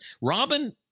Robin